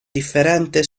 differente